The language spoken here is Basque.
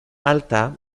alta